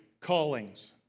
callings